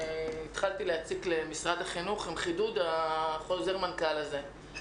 שהתחלתי להציק למשרד החינוך לגבי חידוד חוזר מנכ"ל הזה.